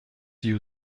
you